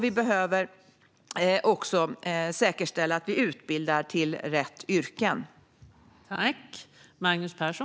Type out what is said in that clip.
Vi behöver också säkerställa att vi utbildar till rätt yrken.